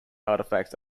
artifacts